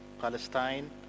Palestine